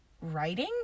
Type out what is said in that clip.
writing